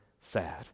sad